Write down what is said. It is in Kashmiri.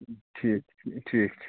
ٹھیٖک ٹھیٖک چھُ